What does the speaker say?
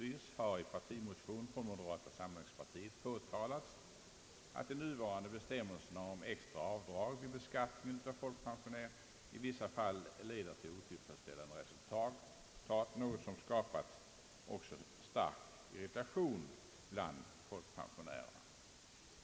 I en partimotion har moderata samlingspartiet påtalat att de nuvarande bestämmelserna om extra avdrag vid beskattning av folkpensionär i vissa fall leder till otillfredsställande resultat, något som också skapat stark irritation bland folkpensionärerna.